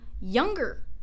younger